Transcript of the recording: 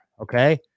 okay